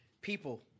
People